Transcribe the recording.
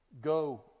Go